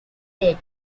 dead